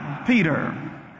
Peter